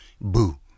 boo